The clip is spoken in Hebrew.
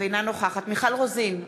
אינה נוכחת מיכל רוזין,